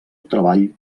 treball